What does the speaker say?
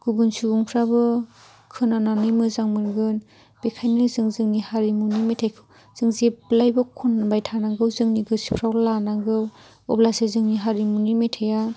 गुबुन सुबुंफ्राबो खोनानानै मोजां मोनगोन बेनिखायनो जों जोंनि हारिमुनि मेथाइखौ जों जेब्लायबो खनबाय थानांगौ जोंनि गोसोफ्राव लानांगौ अब्लासो जोंनि हारिमुनि मेथाइआ